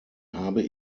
habe